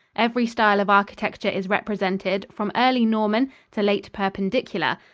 every style of architecture is represented, from early norman to late perpendicular,